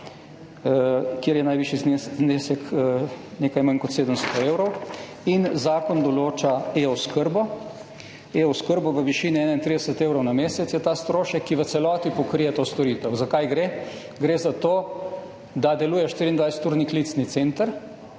kjer je najvišji znesek nekaj manj kot 700 evrov. In zakon določa e-oskrbo, e-oskrbo v višini 31 evrov na mesec, [toliko] je ta strošek, ki v celoti pokrije to storitev. Za kaj gre? Gre za to, da deluje 24-urni klicni center,